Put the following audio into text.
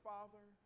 Father